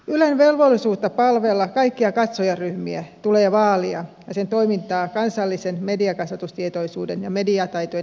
ylen velvollisuutta palvella kaikkia katsojaryhmiä tulee vaalia ja sen toimintaa kansallisen mediakasvatustietoisuuden ja mediataitojen edistäjänä lisätä